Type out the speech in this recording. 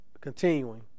continuing